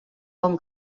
bon